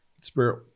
spirit